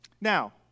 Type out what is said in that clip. Now